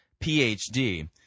Ph.D